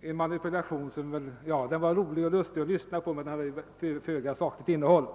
en manipulation som var rolig och lustig att lyssna på men som hade föga sakligt innehåll.